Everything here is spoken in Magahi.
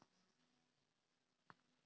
यु.पी.आई से हम मोबाईल खरिद सकलिऐ है